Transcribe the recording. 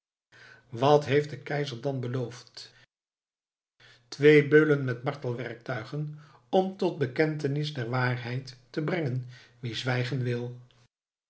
wat heeft de keizer dan beloofd twee beulen met martelwerktuigen om tot bekentenis der waarheid te brengen wie zwijgen wil